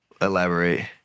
Elaborate